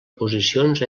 posicions